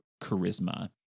charisma